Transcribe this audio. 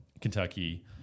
Kentucky